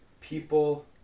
people